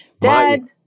Dad